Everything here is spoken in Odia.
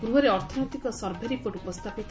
ଗୃହରେ ଅର୍ଥନୈତିକ ସର୍ଭେ ରିପୋର୍ଟ ଉପସ୍ତାପିତ